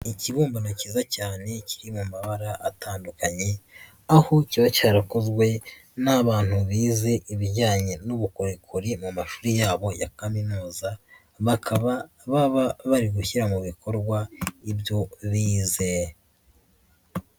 Ikibumbano kiza cyane kiri mu mabara atandukanye, aho kiba cyarakozwe n'abantu bize ibijyanye n'ubukorikori mu mashuri yabo ya Kaminuza, bakaba baba bari gushyira mu bikorwa ibyo bize.